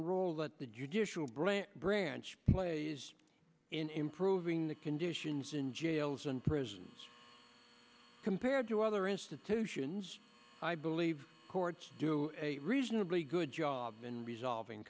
role that the judicial branch branch play is in improving the conditions in jails and prisons compared to other institutions i believe courts do a reasonably good job in resolving